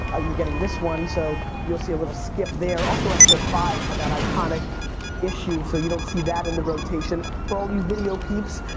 ah you're getting this one, so you'll see a little skip there. also, episode five had that iconic issue so you don't see that in the rotation. for all you video peeps,